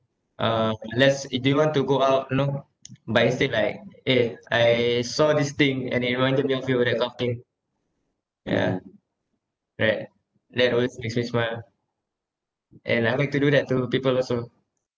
uh let's eh do you want to go out you know but instead like eh I saw this thing give me a favour that kind of thing yeah right that's what makes me smile and I like to do that to people also